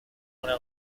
una